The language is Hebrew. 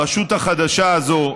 הרשות החדשה הזאת,